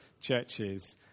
churches